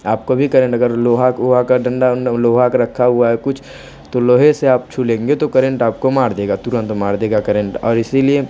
आपको भी करेंट अगर लोहा का उहा का डंडा वंडा लोहा का रखा हुआ है कुछ तो लोहे से आप छू लेंगे तो करेंट आपको मार देगा तुरंत मार देगा करेंट और इसलिए